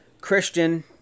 Christian